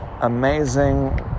amazing